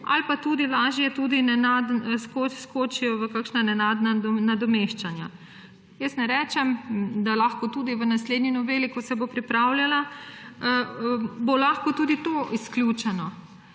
ali pa tudi lažje vskočijo v nenadna nadomeščanja. Jaz ne rečem, da tudi v naslednji noveli, ko se bo pripravljala, bo lahko tudi to izključeno.